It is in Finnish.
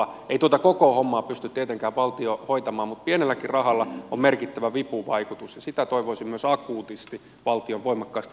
ei tuota koko hommaa pysty tietenkään valtio hoitamaan mutta pienelläkin rahalla on merkittävä vipuvaikutus ja sitä toivoisin myös akuutisti valtion voimakkaasti edistävän